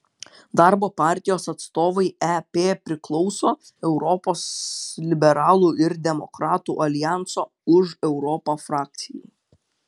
darbo partijos atstovai ep priklauso europos liberalų ir demokratų aljanso už europą frakcijai